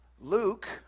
Luke